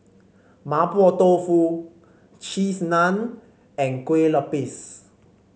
Mapo Tofu Cheese Naan and Kue Lupis